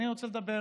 אני רוצה לדבר